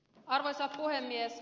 arvoisa puhemies